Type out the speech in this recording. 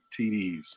TDs